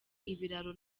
ibiraro